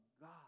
God